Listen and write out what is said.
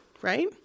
right